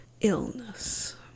illness